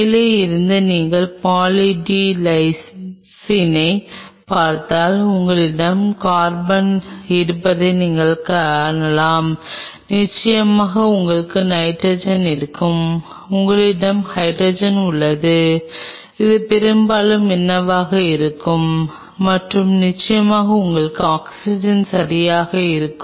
மேலே இருந்து நீங்கள் பாலி டி லைசினைப் பார்த்தால் உங்களிடம் கார்பன் இருப்பதை நீங்கள் காணலாம் நிச்சயமாக உங்களுக்கு நைட்ரஜன் இருக்கும் உங்களிடம் ஹைட்ரஜன் உள்ளது இவை பெரும்பாலும் என்னவாக இருக்கும் மற்றும் நிச்சயமாக உங்களுக்கு ஆக்ஸிஜன் சரியாக இருக்கும்